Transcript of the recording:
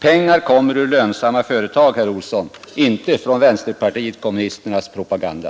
Pengar kommer ur lönsamma företag, herr Olsson, inte ur vänsterpartiet kommunisternas propaganda.